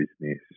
business